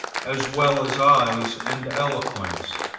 as well as eyes and eloquence.